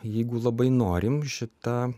jeigu labai norim šitą